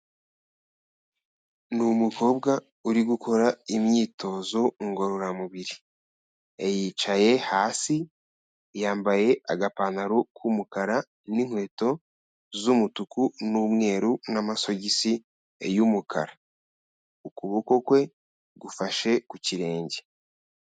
Ni umukobwa uri gukora imyitozo ngororamubiri. Yicaye hasi yambaye agapantaro k'umukara n'inkweto z'umutuku n'umweru n'amasogisi y'umukara. Ukuboko kwe gufashe ku kirenge.